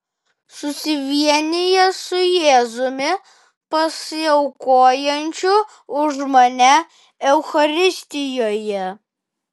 susivienijęs su jėzumi pasiaukojančiu už mane eucharistijoje